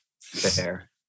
Fair